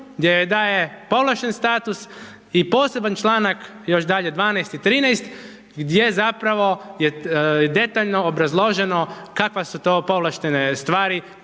gdje joj daje povlašten status i poseban članak još dalje 12. i 13. gdje zapravo je detaljno obrazloženo kakve su to povlaštene stvari